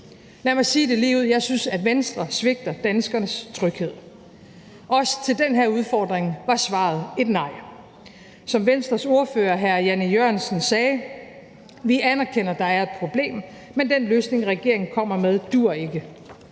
Lad mig sige det ligeud: Jeg synes, at Venstre svigter danskernes tryghed. Også til den her udfordring var svaret et nej. Som Venstres ordfører hr. Jan E. Jørgensen sagde: Vi anerkender, at der er et problem, men den løsning, regeringen kommer med, duer ikke